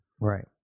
Right